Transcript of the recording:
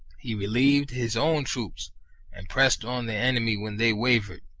he relieved his own troops and pressed on the enemy when they wavered,